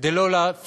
כדי לא להפוך